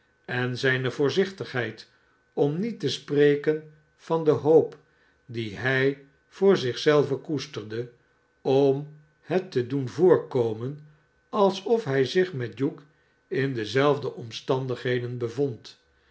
en zijne voorzichtigheid om niet te spreken van de hoop die hij voor zich zelven koesterde om het te doen voorkomen alsof hij zich met hugh in dezelfde omstandigheden bevond